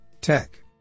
Tech